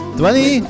twenty